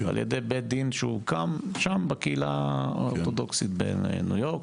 על ידי בית דין שהוקם שם בקהילה האורתודוקסית בניו יורק,